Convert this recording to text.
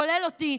כולל אני,